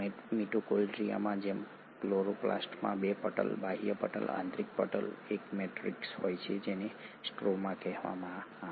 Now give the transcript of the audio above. મિટોકોન્ડ્રિયાની જેમ ક્લોરોપ્લાસ્ટમાં 2 પટલ બાહ્ય પટલ આંતરિક પટલ એક મેટ્રિક્સ હોય છે જેને સ્ટ્રોમા કહેવામાં આવે છે